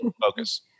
focus